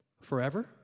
forever